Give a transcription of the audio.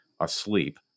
asleep